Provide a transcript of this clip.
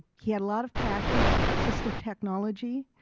he had a lot of passions, assistive technology,